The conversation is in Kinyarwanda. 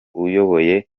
uyoboye